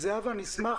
נשמח